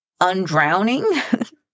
undrowning